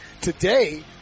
Today